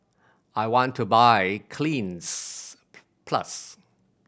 I want to buy Cleanz plus